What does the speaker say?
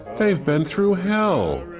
they've been through hell.